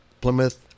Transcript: Plymouth